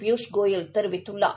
பியூஷ் கோயல் தெரிவித்துள்ளார்